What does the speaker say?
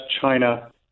China